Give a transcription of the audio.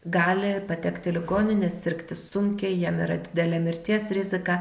gali patekti į ligoninę sirgti sunkiai jiem yra didelė mirties rizika